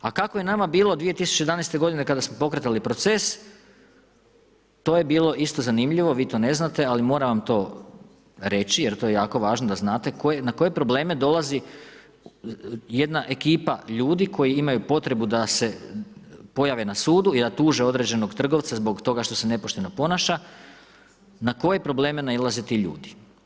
A kako je nama bilo 2011. godine kada smo pokretali proces, to je bilo isto zanimljivo, vi to ne znate ali moram vam to reći jer to je jako važno da znate na koje probleme dolazi jedna ekipa ljudi koji imaju potrebu da se pojave na sudu i da tuže određenog trgovca zbog toga što se nepošteno ponaša na koje probleme nailaze ti ljudi.